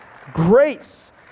grace